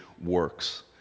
works